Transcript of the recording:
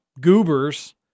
goobers